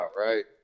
right